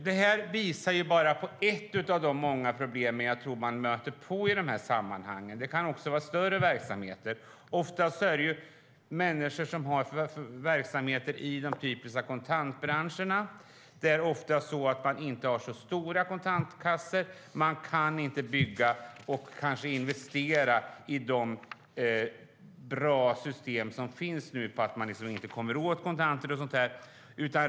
Det här visar bara på ett av de många problem jag tror man möter i de här sammanhangen. Det kan också vara större verksamheter, men oftast gäller det människor som har verksamheter i de typiska kontantbranscherna. Där är det ofta så att man inte har så stora kontantkassor och att man inte kan bygga och kanske investera i de bra system som nu finns för att det inte ska gå att komma åt kontanter.